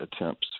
attempts